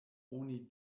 oni